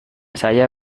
saya